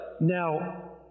Now